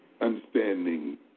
understanding